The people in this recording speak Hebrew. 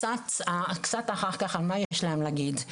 על קצת אחר כך על מה יש להם להגיד.